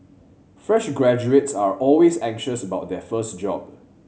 fresh graduates are always anxious about their first job